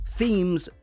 themes